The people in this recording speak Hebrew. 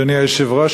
אדוני היושב-ראש,